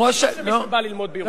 לא מי שבא ללמוד בירושלים.